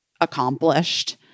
accomplished